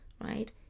right